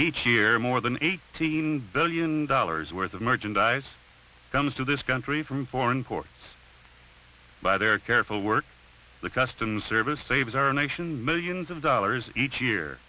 each year more than eighteen billion dollars worth of merchandise comes to this country from foreign ports by their careful work the customs service saves our nation millions of dollars each year